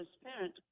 transparent